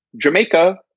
jamaica